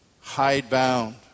hidebound